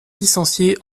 licencié